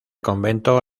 convento